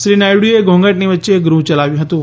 શ્રી નાયડુએ ઘોંધાટની વચ્ચે ગૃહ ચલાવ્યુ હતું